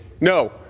No